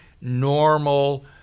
normal